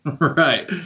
Right